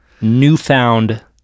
newfound